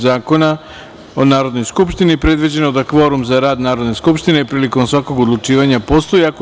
Zakona o Narodnoj skupštini predviđeno da kvorum za rad Narodne skupštine prilikom svakog odlučivanja postoji ako je